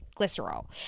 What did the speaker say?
glycerol